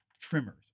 trimmers